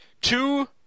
two